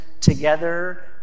together